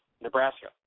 Nebraska